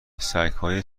سگهای